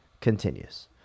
continues